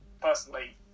personally